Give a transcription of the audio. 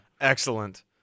Excellent